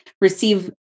receive